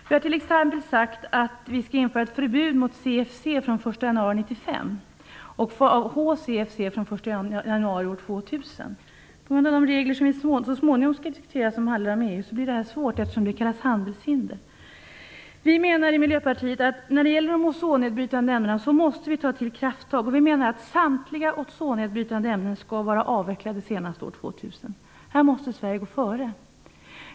Vi har t.ex. sagt att vi skall införa ett förbud mot CFC från den 1 januari 1995 och mot HCFC från den 1 januari år 2000. På grund av EU-reglerna, som vi så småningom skall diskutera, blir det svårt. Detta kallas nämligen handelshinder. Miljöpartiet menar att vi måste ta till krafttag när det gäller de ozonnedbrytande ämnena, och vi menar att samtliga ozonnedbrytande ämnen skall vara avvecklade senast år 2000. Här måste Sverige gå före.